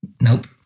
nope